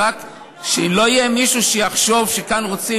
רק שלא יהיה מישהו שיחשוב שכאן רוצים